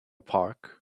park